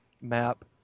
map